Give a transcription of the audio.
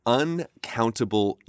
uncountable